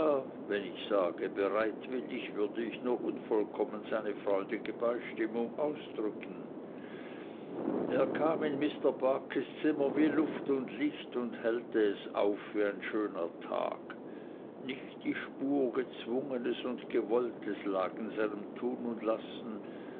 wenn ich sagte bereitwillig würde ich nur unvollkommen seine freudige beistimmung ausdrücken er kam in mr barkis zimmer wie luft und licht und hellte es auf wie ein schöner tag nicht die spur gezwungenes und gewolltes lag in seinem tun und lassen